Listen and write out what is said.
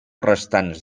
restants